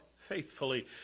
faithfully